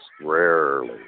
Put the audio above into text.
rarely